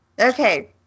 Okay